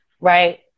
Right